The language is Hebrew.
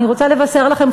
אני רוצה לבשר לכם,